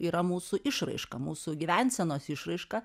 yra mūsų išraiška mūsų gyvensenos išraiška